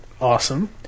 Awesome